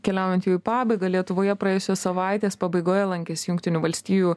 keliaujant jau į pabaigą lietuvoje praėjusios savaitės pabaigoje lankėsi jungtinių valstijų